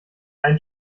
einen